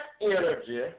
energy